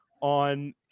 on